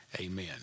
Amen